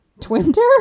Twitter